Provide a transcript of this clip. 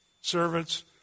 Servants